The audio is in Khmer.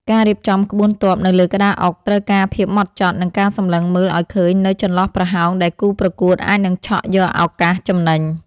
ការរៀបចំក្បួនទ័ពនៅលើក្តារអុកត្រូវការភាពហ្មត់ចត់និងការសម្លឹងមើលឱ្យឃើញនូវចន្លោះប្រហោងដែលគូប្រកួតអាចនឹងឆក់យកឱកាសចំណេញ។